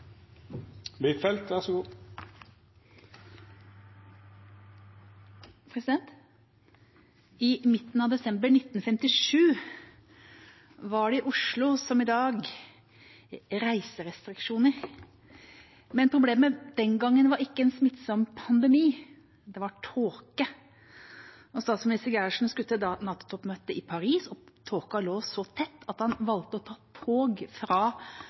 i dag, reiserestriksjoner. Men problemet den gangen var ikke en smittsom pandemi. Det var tåke. Statsminister Gerhardsen skulle til NATO-toppmøtet i Paris, og tåka lå så tett at han valgte å ta tog